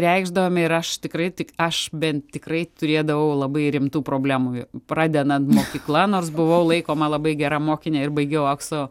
reikšdavome ir aš tikrai tik aš bent tikrai turėdavau labai rimtų problemų pradedant mokykla nors buvau laikoma labai gera mokine ir baigiau aukso